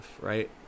right